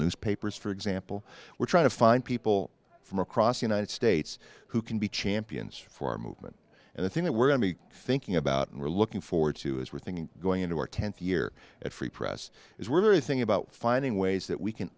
newspapers for example we're trying to find people from across the united states who can be champions for a movement and the thing that we're going to be thinking about and we're looking forward to is we're thinking going into our tenth year at free press is we're very thing about finding ways that we can